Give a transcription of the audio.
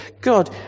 God